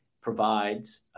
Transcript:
provides